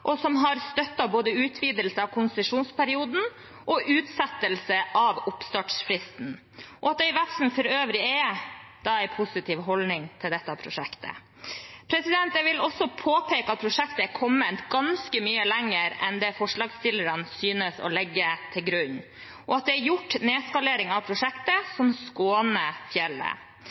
og som har støttet både utvidelse av konsesjonsperioden og utsettelse av oppstartsfristen, og at det i Vefsn for øvrig er en positiv holdning til dette prosjektet. Jeg vil også påpeke at prosjektet har kommet ganske mye lenger enn det forslagsstilleren synes å legge til grunn, og at det er gjort nedskalering av prosjektet som skåner fjellet.